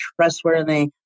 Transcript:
trustworthy